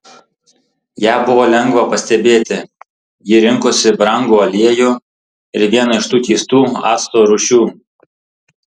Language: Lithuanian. ją buvo lengva pastebėti ji rinkosi brangų aliejų ir vieną iš tų keistų acto rūšių